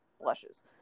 blushes